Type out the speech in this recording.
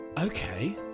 Okay